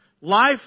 Life